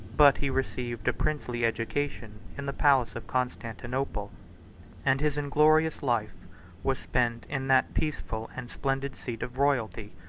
but he received a princely education in the palace of constantinople and his inglorious life was spent in that peaceful and splendid seat of royalty,